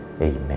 Amen